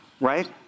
right